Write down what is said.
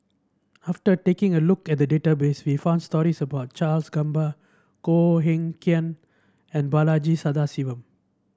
after taking a look at the database we found stories about Charles Gamba Koh Eng Kian and Balaji Sadasivan